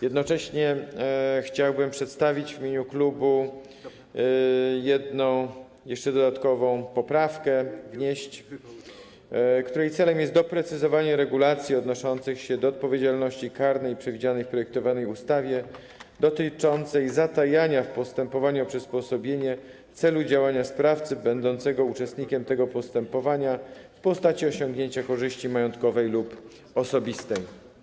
Jednocześnie chciałbym przedstawić, wnieść w imieniu klubu jeszcze jedną dodatkową poprawkę, której celem jest doprecyzowanie regulacji odnoszących się do odpowiedzialności karnej przewidzianej w projektowanej ustawie, dotyczącej zatajania w postępowaniu o przysposobienie celu działania sprawcy będącego uczestnikiem tego postępowania w postaci osiągnięcia korzyści majątkowej lub osobistej.